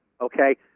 okay